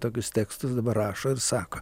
tokius tekstus dabar rašo ir sako